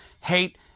hate